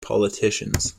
politicians